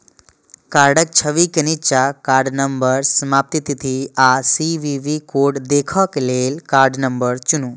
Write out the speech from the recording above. कार्डक छवि के निच्चा कार्ड नंबर, समाप्ति तिथि आ सी.वी.वी कोड देखै लेल कार्ड नंबर चुनू